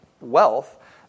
wealth